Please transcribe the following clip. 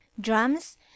Drums